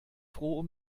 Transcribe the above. froh